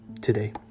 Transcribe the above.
today